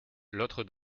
l’autre